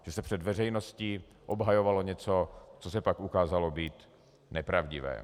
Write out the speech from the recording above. Že se před veřejností obhajovalo něco, co se pak ukázalo být nepravdivé.